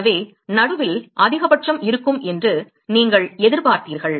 எனவே நடுவில் அதிகபட்சம் இருக்கும் என்று நீங்கள் எதிர்பார்த்தீர்கள்